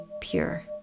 pure